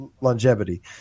longevity